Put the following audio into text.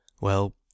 Well